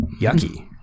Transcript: Yucky